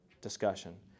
discussion